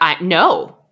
no